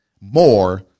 more